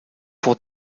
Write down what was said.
pour